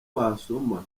wasoma